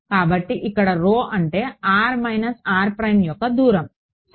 కాబట్టి ఇక్కడ rho అంటే యొక్క దూరం సరే